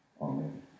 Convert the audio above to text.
Amen